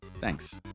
thanks